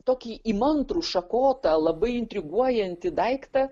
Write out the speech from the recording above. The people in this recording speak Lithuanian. tokį įmantrų šakotą labai intriguojantį daiktą